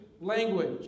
language